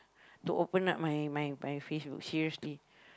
to open up my my my Facebook seriously